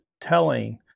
telling